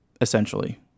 essentially